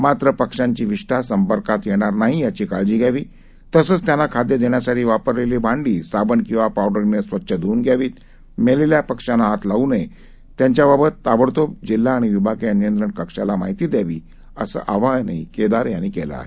मात्र पक्षांची विष्ठा संपर्कात येणार नाही याची काळजी घ्यावी तसंच त्यांना खाद्य देण्यासाठी वापरलेली भांडी साबण किंवा पावडरीनं स्वच्छ धुऊन घ्यावीत मेलेल्य पक्ष्यांना हात लावू नये त्यांच्याबाबत ताबडतोब जिल्हा आणि विभागीय नियंत्रण कक्षाला माहिती द्यावी असं आवाहन केदार यांनी केलं आहे